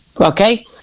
Okay